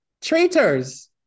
Traitors